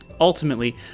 Ultimately